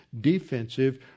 defensive